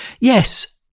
Yes